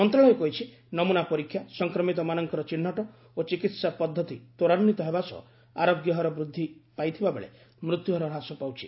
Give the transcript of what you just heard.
ମନ୍ତ୍ରଣାଳୟ କହିଛି ନମୁନା ପରୀକ୍ଷା ସଂକ୍ରମିତମାନଙ୍କର ଚିହ୍ନଟ ଓ ଚିକିତ୍ସା ପଦ୍ଧତି ତ୍ୱରାନ୍ଧିତ ହେବା ସହ ଆରୋଗ୍ୟ ହାର ବୃଦ୍ଧି ପାଇଥିବାବେଳେ ମୃତ୍ୟୁହାର ହ୍ରାସ ପାଉଛି